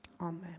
Amen